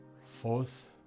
Fourth